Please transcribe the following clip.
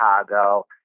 Chicago